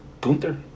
Gunther